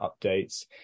updates